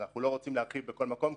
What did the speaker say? אנחנו לא רוצים להרחיב בכל מקום,